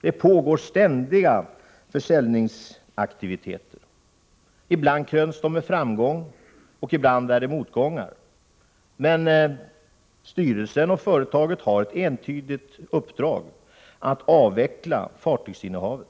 Det pågår ständiga försäljningsaktiviteter. Ibland kröns de med framgång, ibland blir det motgång. Men styrelsen och företaget har ett entydigt uppdrag att avveckla fartygsinnehavet.